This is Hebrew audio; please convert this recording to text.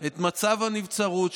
את מצב הנבצרות,